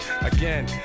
again